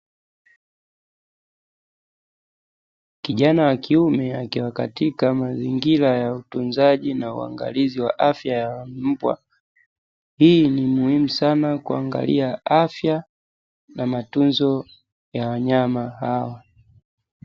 Kijana wa kiume akiwa katika mazingira ya utunzaji na uangalizi wa afya ya mbwa hii ni muhimu sana kuangalia afya na matunzo ya wanyama hawa.